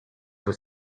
were